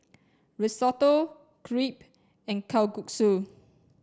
Risotto Crepe and Kalguksu